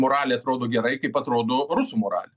moralė atrodo gerai kaip atrodo rusų moralė